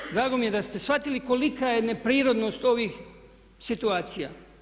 Zato drago mi je da ste shvatili kolika je neprirodnost ovih situacija.